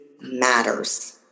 matters